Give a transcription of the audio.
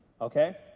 Okay